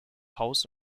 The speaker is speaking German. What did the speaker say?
haus